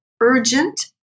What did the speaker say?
urgent